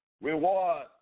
reward